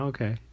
Okay